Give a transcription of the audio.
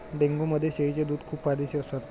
डेंग्यूमध्ये शेळीचे दूध खूप फायदेशीर ठरते